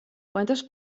quantes